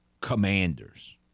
Commanders